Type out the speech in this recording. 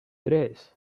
tres